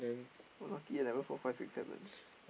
lucky never four five six seven